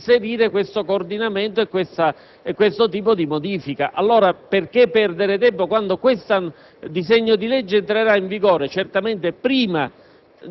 inserire un coordinamento e una modifica del genere. Allora, perché perdere tempo, quando questo disegno di legge entrerà in vigore certamente prima